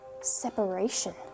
separation